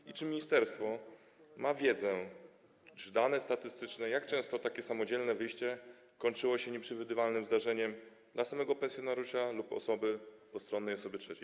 I czy ministerstwo ma wiedzę czy też dane statystyczne, jak często takie samodzielne wyjście kończyło się nieprzewidywalnym zdarzeniem dla samego pensjonariusza lub osoby postronnej, osoby trzeciej?